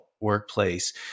workplace